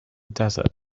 desert